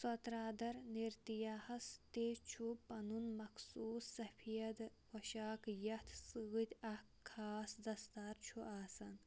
سۅترٛادھر نِرتیاہس تہِ چھُ پنُن مخصوٗص سفیدٕ پۄشاکھ یتھ سۭتۍ اَکھ خاص دستار چھُ آسان